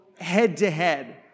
head-to-head